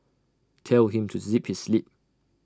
tell him to zip his lip